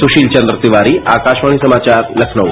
सुशील चंद्र तिवारी आकाशवाणी समाचार लखनऊ